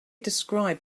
described